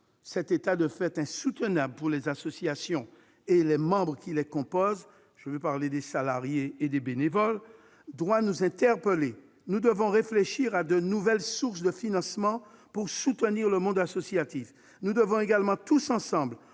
Cet état de fait, insoutenable pour les associations et les membres qui les composent- salariés et bénévoles -, doit nous conduire à nous interroger. Nous devons réfléchir à de nouvelles sources de financement pour soutenir le monde associatif. Nous devons également tous ensemble-